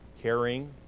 caring